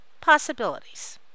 Possibilities